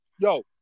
yo